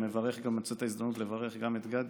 אני מוצא את ההזדמנות לברך גם את גדי